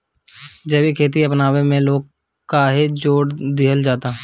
जैविक खेती अपनावे के लोग काहे जोड़ दिहल जाता?